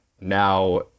Now